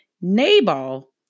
Nabal